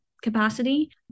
capacity